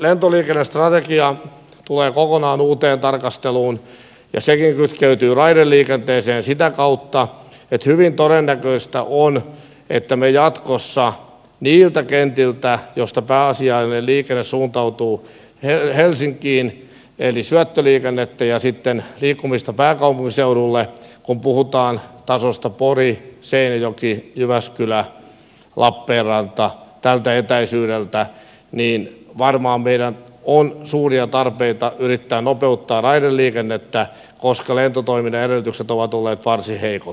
lentoliikennestrategia tulee kokonaan uuteen tarkasteluun ja sekin kytkeytyy raideliikenteeseen sitä kautta että hyvin todennäköistä on että jatkossa on niitä kenttiä joilta pääasiallinen liikenne suuntautuu helsinkiin eli on syöttöliikennettä ja sitten liikkumista pääkaupunkiseudulle kun puhutaan tasosta pori seinäjoki jyväskylä lappeenranta tältä etäisyydeltä varmaan meillä on suuria tarpeita yrittää nopeuttaa raideliikennettä koska lentotoiminnan edellytykset ovat olleet varsin heikot